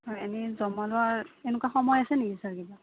হয় এনেই জমা লোৱাৰ এনেকুৱা সময় আছে নেকি চাৰ কিবা